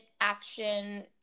action